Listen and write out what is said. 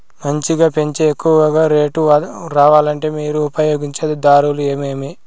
మంచిగా పెంచే ఎక్కువగా రేటు రావాలంటే మీరు ఉపయోగించే దారులు ఎమిమీ?